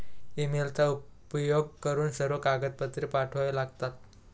ईमेलचा उपयोग करून सर्व कागदपत्रे पाठवावे लागतात